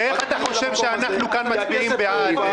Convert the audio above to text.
ואיך אתה חושב שאנחנו כאן מצביעים בעד?